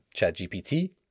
ChatGPT